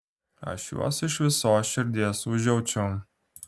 aš juos iš visos širdies užjaučiau